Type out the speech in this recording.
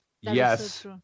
Yes